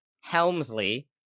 Helmsley